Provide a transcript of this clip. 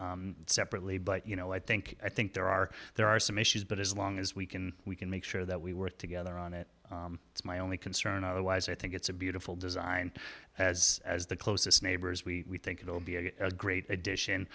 that separately but you know i think i think there are there are some issues but as long as we can we can make sure that we work together on it it's my only concern otherwise i think it's a beautiful design as as the closest neighbors we think it will be a great addition